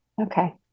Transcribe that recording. okay